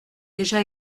déjà